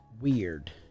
weird